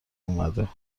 اومده